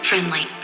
Friendly